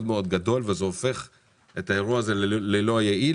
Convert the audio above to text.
מאוד גדול וזה הופך את האירוע הזה ללא יעיל.